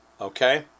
Okay